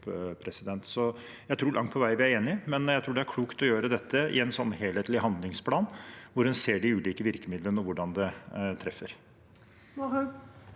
jeg tror vi langt på vei er enige, men jeg tror det er klokt å gjøre dette i en helhetlig handlingsplan hvor en ser de ulike virkemidlene og hvordan de treffer.